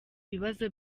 ibibazo